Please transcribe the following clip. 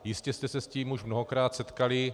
Jistě jste se s tím už mnohokrát setkali.